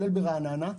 כולל ברעננה,